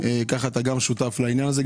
ככה אתה גם שותף לעניין הזה.